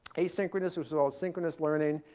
asynchronous which is all synchronous learning,